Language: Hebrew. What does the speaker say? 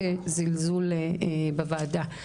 כזלזול בוועדה.